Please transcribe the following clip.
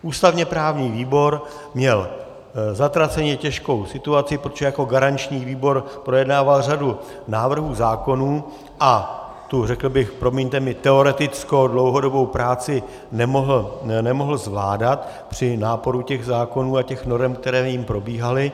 Ústavněprávní výbor měl zatraceně těžkou situaci, protože jako garanční výbor projednával řadu návrhů zákonů a tu, řekl bych, promiňte mi, teoretickou dlouhodobou práci nemohl zvládat při náporu těch zákonů a norem, které jím probíhaly.